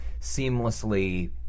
seamlessly